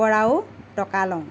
পৰাও টকা লওঁ